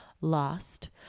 lost